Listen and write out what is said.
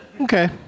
Okay